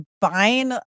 buying